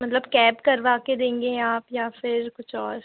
मतलब कैब करवा के देंगे या आप या फिर कुछ और